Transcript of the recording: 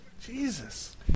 Jesus